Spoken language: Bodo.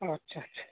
आटसा आटसा